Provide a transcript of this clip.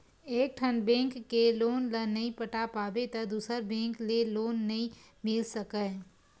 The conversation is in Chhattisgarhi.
एकठन बेंक के लोन ल नइ पटा पाबे त दूसर बेंक ले लोन नइ मिल सकय